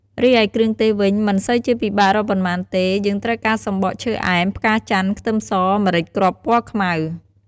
រីឯគ្រឿងទេសវិញមិនសូវជាពិបាករកប៉ុន្មានទេ យើងត្រូវការសំបកឈើអែម ផ្កាចន្ទន៍ ខ្ទឹមស ម្រេចគ្រាប់ពណ៌ខ្មៅ។